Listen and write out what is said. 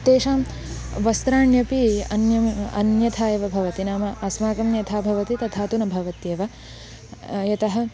तेषां वस्त्राण्यपि अन्यथा अन्यथा एव भवति नाम अस्माकं यथा भवति तथा तु न भवत्येव यतः